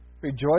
rejoice